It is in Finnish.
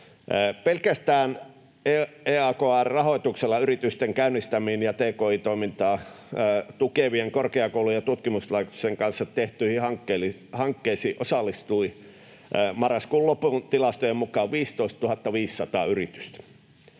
Pelkästään EAKR-rahoituksella yritysten käynnistämiin ja tki-toimintaa tukevien korkeakoulu- ja tutkimuslaitosten kanssa tehtyihin hankkeisiin osallistui marraskuun lopun tilastojen mukaan 15 500 yritystä.